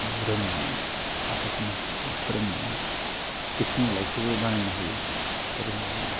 नों रोंनानै माखासे मानसिफोरखौ फोरोंनानै बिसोरनि लाइफखौबो बानायनो हायो फोरोंनो हायो